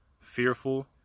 fearful